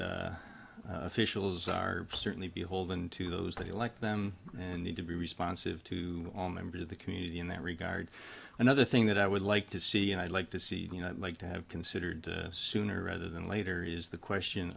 elected officials are certainly beholden to those they like them and need to be responsive to members of the community in that regard another thing that i would like to see and i'd like to see you know like to have considered sooner rather than later is the question